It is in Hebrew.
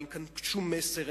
אין כאן שום מסר,